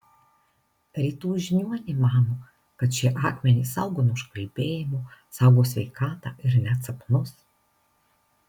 rytų žiniuoniai mano kad šie akmenys saugo nuo užkalbėjimo saugo sveikatą ir net sapnus